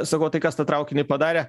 sakau o tai kas tą traukinį padarė